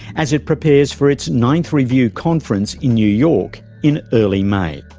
as it prepares for its ninth review conference in new york in early may.